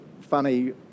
funny